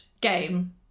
game